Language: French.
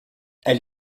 elle